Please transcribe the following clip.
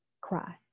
cry